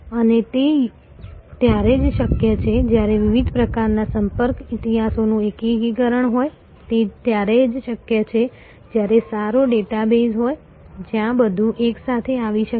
અને તે ત્યારે જ શક્ય છે જ્યારે વિવિધ પ્રકારના સંપર્ક ઇતિહાસનું એકીકરણ હોય જે ત્યારે જ શક્ય છે જ્યારે સારો ડેટાબેઝ હોય જ્યાં બધું એકસાથે આવી શકે